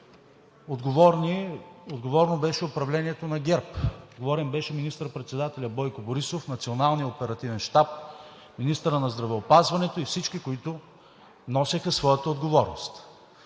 Отговорно беше управлението на ГЕРБ, отговорен беше министър-председателят Бойко Борисов, Националният оперативен щаб, министърът на здравеопазването и всички, които носеха своята отговорност.